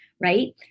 right